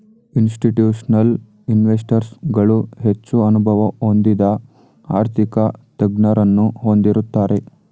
institutional investors ಗಳು ಹೆಚ್ಚು ಅನುಭವ ಹೊಂದಿದ ಆರ್ಥಿಕ ತಜ್ಞರನ್ನು ಹೊಂದಿರುತ್ತದೆ